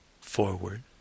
forward